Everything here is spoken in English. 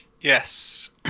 Yes